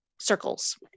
circles